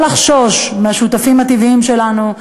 לא לחשוש מהשותפים הטבעיים שלנו,